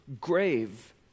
grave